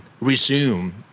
resume